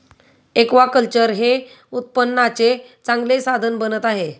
aquaculture हे उत्पन्नाचे चांगले साधन बनत आहे